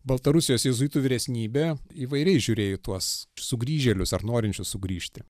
baltarusijos jėzuitų vyresnybė įvairiai žiūrėjo į tuos sugrįžėlius ar norinčius sugrįžti